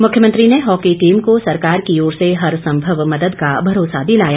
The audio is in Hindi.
मुख्यमंत्री ने हॉकी टीम को सरकार की ओर से हरसंभव मदद का भरोसा दिलाया